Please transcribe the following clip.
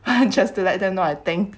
just to let them know I think